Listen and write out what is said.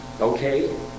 okay